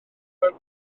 corn